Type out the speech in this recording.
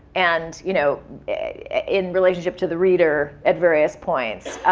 and you know in relationship to the reader at various points.